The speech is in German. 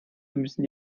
müssen